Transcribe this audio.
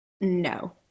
no